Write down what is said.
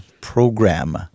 program